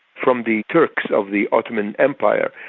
from the turks of the ottoman empire,